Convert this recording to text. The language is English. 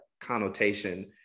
connotation